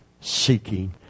Seeking